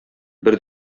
бер